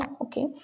okay